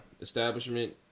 establishment